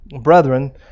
brethren